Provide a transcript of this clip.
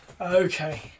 okay